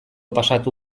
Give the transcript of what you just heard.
pasatu